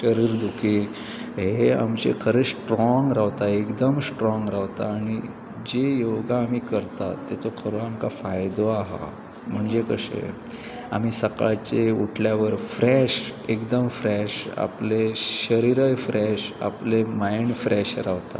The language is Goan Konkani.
शरीर दुखी हे आमचें खरें स्ट्रोंग रावता एकदम स्ट्रोंग रावता आनी जी योगा आमी करता ताचो खरो आमकां फायदो आसा म्हणजे कशें आमी सकाळचे उठल्यावर फ्रॅश एकदम फ्रॅश आपले शरिरय फ्रेश आपले मायंड फ्रेश रावता